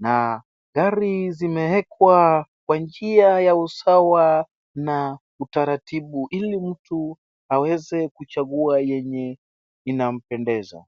na gari zimeekwa kwa njia ya usawa na utaratibu ili mtu aweze kuchagua yenye inampendeza.